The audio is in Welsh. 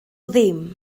ddim